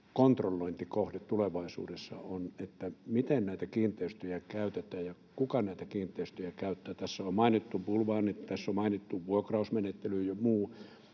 kontrollointikohde tulevaisuudessa on se, miten näitä kiinteistöjä käytetään ja kuka näitä kiinteistöjä käyttää. Tässä on mainittu bulvaanit, tässä on mainittu vuokrausmenettely ja muu,